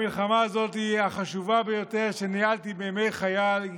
המלחמה הזאת היא החשובה ביותר שניהלתי בימי חיי,